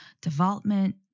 development